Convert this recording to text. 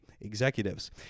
executives